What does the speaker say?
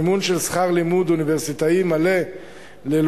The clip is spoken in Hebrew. מימון של שכר לימוד אוניברסיטאי מלא ללומדים,